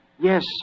Yes